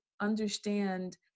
understand